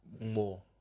more